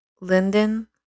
Linden